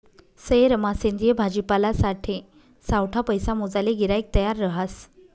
सयेरमा सेंद्रिय भाजीपालासाठे सावठा पैसा मोजाले गिराईक तयार रहास